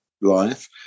life